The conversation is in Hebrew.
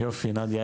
יופי, נדיה.